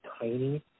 tiny